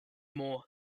more